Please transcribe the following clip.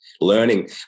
Learning